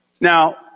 Now